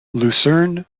lucerne